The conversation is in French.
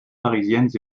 parisiennes